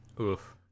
Oof